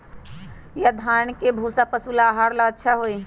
या धान के भूसा पशु के आहार ला अच्छा होई?